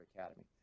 Academy